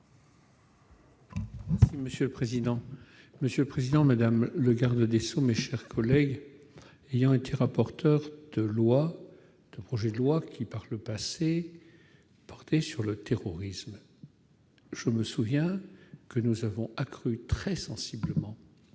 de vote. Monsieur le président, madame le garde des sceaux, mes chers collègues, ayant été rapporteur de projets de loi, par le passé, qui portaient sur le terrorisme, je me souviens que nous avons accru très sensiblement